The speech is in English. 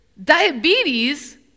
Diabetes